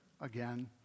again